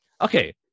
Okay